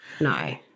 No